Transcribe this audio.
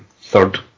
third